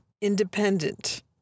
independent